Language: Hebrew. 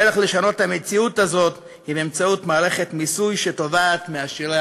הדרך לשנות את המציאות הזאת היא באמצעות מערכת מיסוי שתובעת מעשירי